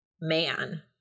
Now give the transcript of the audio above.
man